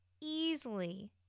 easily